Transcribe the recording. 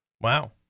Wow